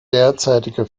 derzeitige